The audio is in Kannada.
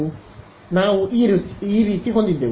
ಆದ್ದರಿಂದ ನಾವು ಈ ರೀತಿ ಹೊಂದಿದ್ದೆವು